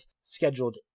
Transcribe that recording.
scheduled